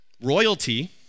royalty